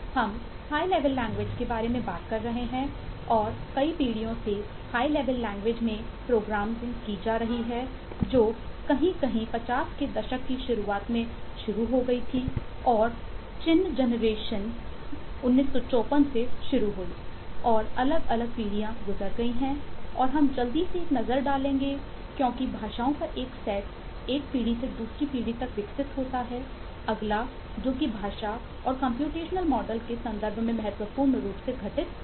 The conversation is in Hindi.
हम हाई लेवल लैंग्वेज के संदर्भ में महत्वपूर्ण रूप से घटित हुआ है